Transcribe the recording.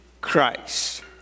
Christ